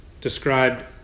Described